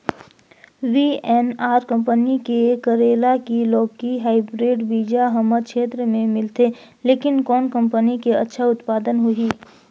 VNR company के करेला की लौकी हाईब्रिड बीजा हमर क्षेत्र मे मिलथे, लेकिन कौन कंपनी के अच्छा उत्पादन होही?